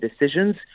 decisions